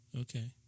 Okay